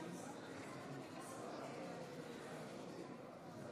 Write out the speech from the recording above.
ההצבעה: 46